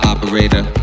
Operator